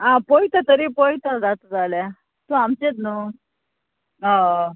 आं पळयता तरी पळयता जाता जाल्यार तूं आमचेंच न्हू हय